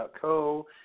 Co